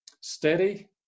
Steady